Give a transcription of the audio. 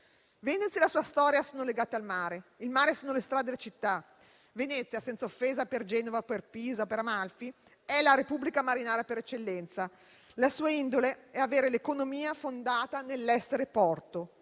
Venezia e la sua storia sono legate al mare, che costituisce le strade della città: senza offesa per Genova, per Pisa o per Amalfi, è la repubblica marinara per eccellenza. La sua indole è avere l'economia fondata nell'essere porto,